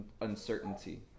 uncertainty